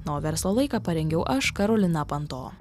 na o verslo laiką parengiau aš karolina panto